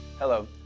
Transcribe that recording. Hello